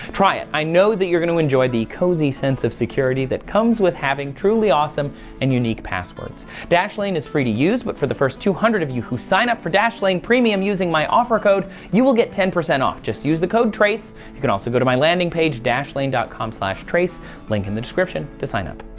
try it i know that you're going to enjoy the cozy sense of security that comes with having truly awesome and unique passwords dashed line is free to use but for the first two hundred of you who sign up for dashlane premium using my offer code you will get ten percent off just use the code trace you can also go to my landing page dashlane comm slash trace link in the description to sign up.